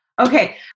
Okay